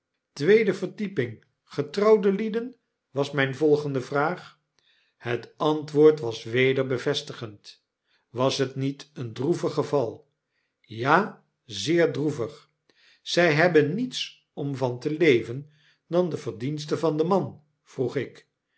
tweede verdieping getrouwde lieden was myne volgende vraag het antwoord was weder bevestigend was het niet een droevig geval ja zeer droevig zy hebben niets om van te leven dan de verdienste van den man vroeg ik